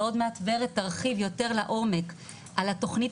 ועוד מעט ורד תרחיב יותר לעומק על התכנית